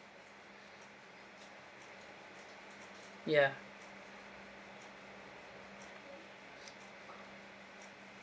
yeah